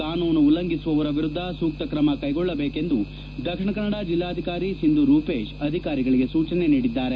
ಕಾನೂನು ಉಲ್ಲಂಘಿಸುವವರ ವಿರುದ್ಧ ಸೂಕ್ತ ತ್ರಮಗಳನ್ನು ಕೈಗೊಳ್ಳುದೇಕೆಂದು ದಕ್ಷಿಣ ಕನ್ನಡ ಜಿಲ್ಲಾಧಿಕಾರಿ ಸಿಂಧೂ ರೂಪೇಶ್ ಅಧಿಕಾರಿಗಳಿಗೆ ಸೂಚನೆ ನೀಡಿದ್ದಾರೆ